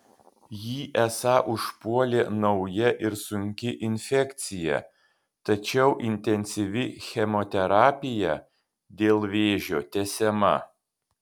jį esą užpuolė nauja ir sunki infekcija tačiau intensyvi chemoterapija dėl vėžio tęsiama